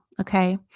Okay